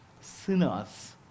Sinners